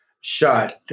shot